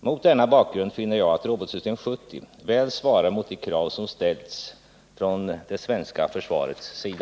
Mot denna bakgrund finner jag att robotsystem 70 väl svarar mot de krav som ställts från det svenska försvarets sida.